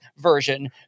version